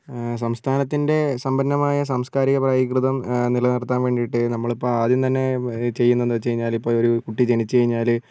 സംസ്ഥാനത്തിൻ്റെ സമ്പന്നമായ സാംസ്കാരിക പൈക്രിതം നിലനിർത്താൻ വേണ്ടീട്ട് നമ്മളിപ്പോൾ ആദ്യം തന്നെ ചെയ്യുന്നത് എന്താ വെച്ച് കഴിഞ്ഞാൽ ഇപ്പോൾ ഒരു കുട്ടി ജനിച്ച് കഴിഞ്ഞാൽ